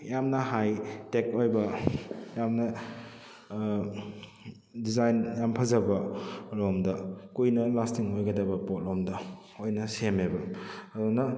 ꯌꯥꯝꯅ high tech ꯑꯣꯏꯕ ꯌꯥꯝꯅ ꯗꯤꯖꯥꯏꯟ ꯌꯥꯝ ꯐꯖꯕ ꯔꯣꯝꯗ ꯀꯨꯏꯅ ꯂꯥꯁꯇꯤꯡ ꯑꯣꯏꯒꯗꯕ ꯄꯣꯠ ꯂꯣꯝꯗ ꯑꯣꯏꯅ ꯁꯦꯝꯃꯦꯕ ꯑꯗꯨꯅ